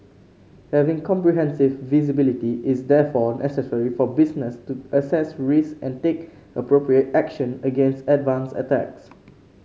having comprehensive visibility is therefore necessary for business to assess risks and take appropriate action against advanced attacks